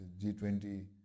G20